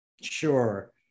Sure